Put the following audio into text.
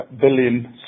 billion